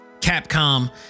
Capcom